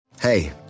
Hey